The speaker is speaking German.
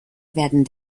werden